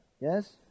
yes